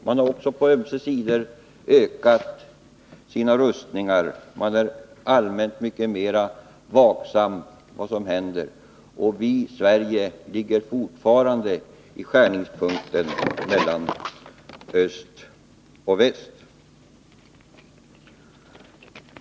De har också på ömse sidor ökat sina rustningar. De är allmänt mycket mer vaksamma på vad som händer. Och vi i Sverige ligger fortfarande i skärningspunkten mellan öst och väst.